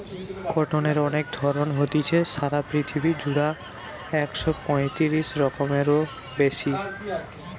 কটনের অনেক ধরণ হতিছে, সারা পৃথিবী জুড়া একশ পয়তিরিশ রকমেরও বেশি